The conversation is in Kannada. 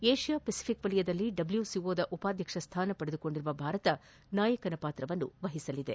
ಏಷ್ಯಾ ಫೆಸಿಫಿಕ್ ವಲಯದಲ್ಲಿ ಡಬ್ಲೊಸಿಒದ ಉಪಾಧ್ವಕ್ಷ ಸ್ಥಾನ ಪಡೆದಿರುವ ಭಾರತ ನಾಯಕನ ಪಾತ್ರ ವಹಿಸಲಿದೆ